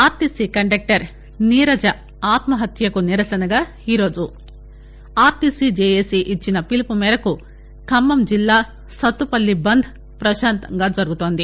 RTC conductor Neeraja ఆత్మహత్యకు నిరసనగా ఈ రోజు ఆర్టీసీ జేఏసీ ఇచ్చిన పిలుపు మేరకు ఖమ్మం జిల్లా సత్తుపల్లి బంద్ పశాంతంగా జరుగుతోంది